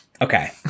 okay